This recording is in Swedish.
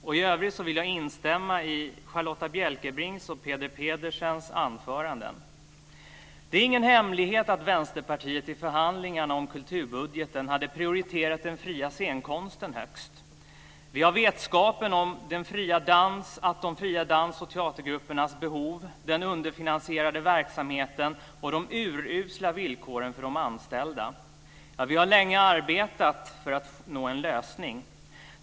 I övrigt vill jag instämma i Charlotta Bjälkebrings och Peter Pedersens anföranden. Det är ingen hemlighet att Vänsterpartiet i förhandlingarna om kulturbudgeten hade prioriterat den fria scenkonsten högst. Vi har vetskapen om de fria dans och teatergruppernas behov, den underfinansierade verksamheten och de urusla villkoren för de anställda. Vi har länge arbetat för att nå en lösning.